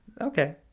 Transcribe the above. Okay